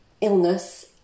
illness